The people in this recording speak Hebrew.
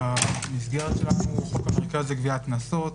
המסגרת שלנו הוא חוק המרכז לגביית קנסות,